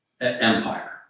empire